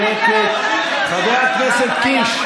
שקט, שקט, חבר הכנסת קיש.